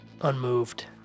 Unmoved